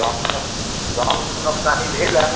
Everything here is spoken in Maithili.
गामपर गाममे तऽ नुकसानी भेल यऽ